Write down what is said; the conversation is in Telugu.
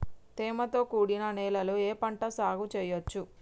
తేమతో కూడిన నేలలో ఏ పంట సాగు చేయచ్చు?